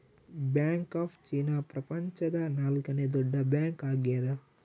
bank of China ಪ್ರಪಂಚದ ನಾಲ್ಕನೆ ದೊಡ್ಡ ಬ್ಯಾಂಕ್ ಆಗ್ಯದ